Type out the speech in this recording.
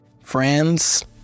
friends